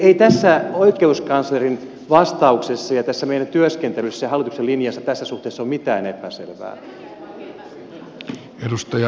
ei tässä oikeuskanslerin vastauksessa ja tässä meidän työskentelyssämme ja hallituksen linjassa tässä suhteessa ole mitään epäselvää